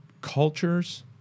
cultures